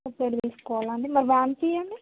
సెపరేట్గా తీసుకోవాలా అండి మరి వాన్ ఫీ అండి